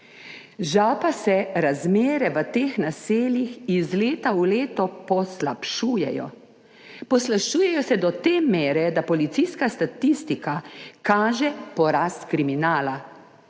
Žal pa se razmere v teh naseljih iz leta v leto poslabšujejo. Poslabšujejo se do te mere, da policijska statistika kaže porast kriminala